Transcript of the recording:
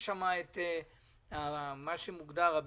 יש שם את מה שמוגדר ה-BBC,